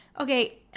okay